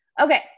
Okay